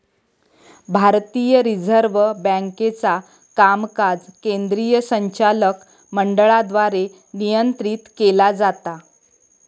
भारतीय रिझर्व्ह बँकेचा कामकाज केंद्रीय संचालक मंडळाद्वारे नियंत्रित केला जाता